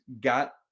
got